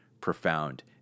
profound